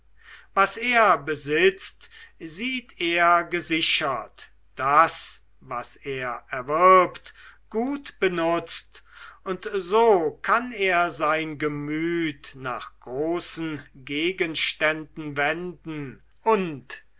was er besitzt sieht er gesichert das was er erwirbt gut benutzt und so kann er sein gemüt nach großen gegenständen wenden und